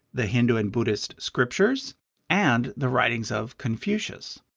the hindu and buddhist scriptures and the writings of confucius.